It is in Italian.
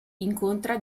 incontra